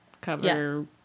cover